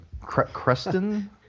Creston